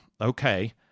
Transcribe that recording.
Okay